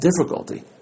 difficulty